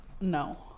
no